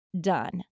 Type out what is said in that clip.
Done